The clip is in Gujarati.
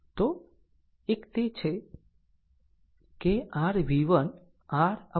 તો એક તે છે કે r v1 r upon 2